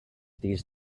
these